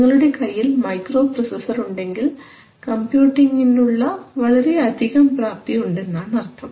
നിങ്ങളുടെ കയ്യിൽ മൈക്രോപ്രൊസസ്സർ ഉണ്ടെങ്കിൽ കമ്പ്യൂട്ടിംങിനുള്ള വളരെയധികം പ്രാപ്തി ഉണ്ടെന്നാണ് അർത്ഥം